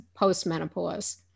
postmenopause